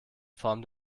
form